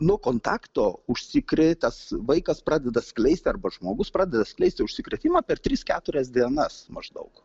nuo kontakto užsikrėtęs vaikas pradeda skleisti arba žmogus pradeda skleisti užsikrėtimą per tris keturias dienas maždaug